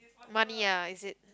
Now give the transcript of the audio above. money ah is it